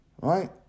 Right